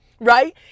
right